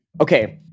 Okay